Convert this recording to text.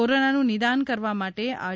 કોરોનાનું નિદાન કરવા માટે આર